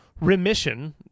Remission